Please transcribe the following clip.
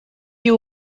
you